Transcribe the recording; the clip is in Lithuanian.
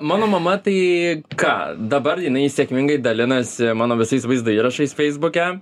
mano mama tai ką dabar jinai sėkmingai dalinasi mano visais vaizdo įrašais feisbuke